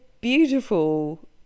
beautiful